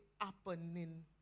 happening